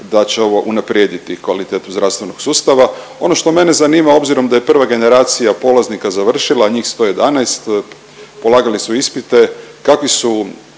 da će ovo unaprijediti kvalitetu zdravstvenog sustava. Ono što mene zanima obzirom da je prva generacija polaznika završila, njih 111, polagali su ispite, kakvi su